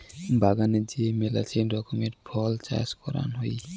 বাগানে যে মেলাছেন রকমের ফল চাষ করাং হই